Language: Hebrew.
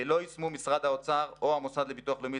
לא יישמו משרד האוצר או המוסד לביטוח לאומי